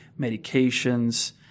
medications